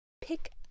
pick